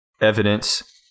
Evidence